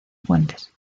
fuentes